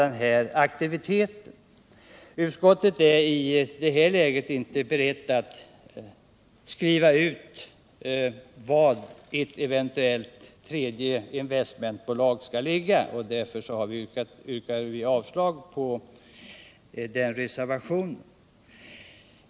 Jag har följt upp detta. Utskottet är i detta läge inte berett att skriva ut var ett tredje investmentbolag skall ligga och därför yrkar vi avslag på denna reservation.